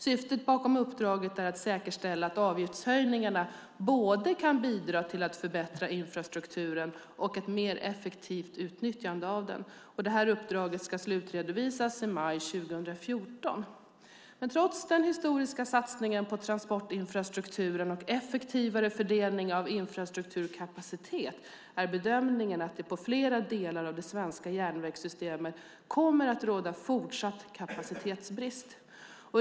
Syftet med uppdraget är att säkerställa att avgiftshöjningarna kan bidra till både en förbättring av infrastrukturen och ett mer effektivt utnyttjande av den. Uppdraget ska slutredovisas i maj 2014. Trots den historiska satsningen på transportinfrastrukturen och en effektivare fördelning av infrastrukturkapacitet är bedömningen att det på flera delar av det svenska järnvägssystemet kommer att råda fortsatt kapacitetsbrist.